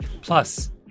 Plus